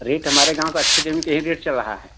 rate हमारे गाँव का अच्छी जमीन पर यही रेट चल रहा है